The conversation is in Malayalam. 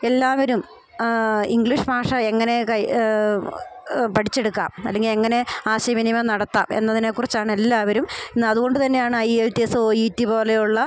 എല്ലാവരും ആ ഇംഗ്ലീഷ് ഭാഷ എങ്ങനെ കൈ പഠിച്ചെടുക്കുക അല്ലെങ്കിൽ അങ്ങനെ ആശയവിനിമയം നടത്താൻ എന്നതിനെ കുറിച്ചാണ് എല്ലാവരും ഇന്നത് കൊണ്ട് തന്നെയാണ് I E L T S O E T പോലെയുള്ള